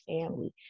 family